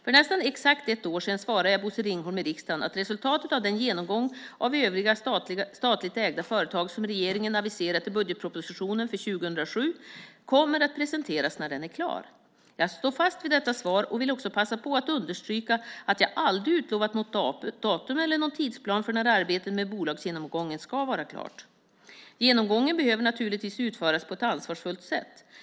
För nästan exakt ett år sedan svarade jag Bosse Ringholm i riksdagen att resultatet av den genomgång av övriga statligt ägda företag som regeringen aviserat i budgetpropositionen för 2007 kommer att presenteras när den är klar. Jag står fast vid detta svar och vill också passa på att understryka att jag aldrig utlovat något datum eller någon tidsplan för när arbetet med bolagsgenomgången ska vara klart. Genomgången behöver naturligtvis utföras på ett ansvarsfullt sätt.